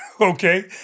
Okay